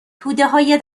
تودههای